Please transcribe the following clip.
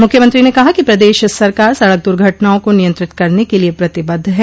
मुख्यमंत्री ने कहा कि प्रदेश सरकार सड़क दुर्घटनाओं को नियंत्रित करने के लिए प्रतिबद्ध है